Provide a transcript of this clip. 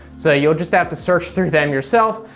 so you'll just have to search through them yourself.